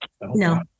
No